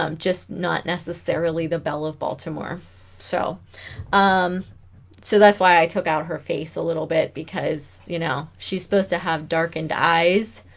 um just not necessarily the belle of baltimore so um so that's why i took out her face a little bit because you know she's supposed to have darkened eyes